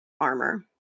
armor